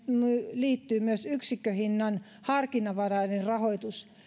liittyy myös yksikköhinnan harkinnanvarainen rahoitus tällä hetkellä